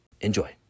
Enjoy